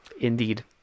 indeed